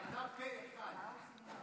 התקבלה פה אחד.